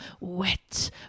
wet